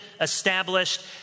established